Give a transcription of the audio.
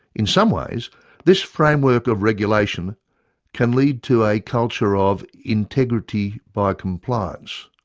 in some ways this framework of regulation can lead to a culture of integrity by compliance,